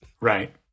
Right